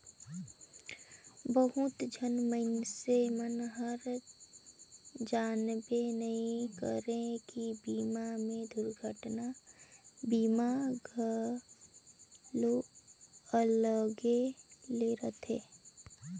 बहुत झन मइनसे मन हर जानबे नइ करे की बीमा मे दुरघटना बीमा घलो अलगे ले रथे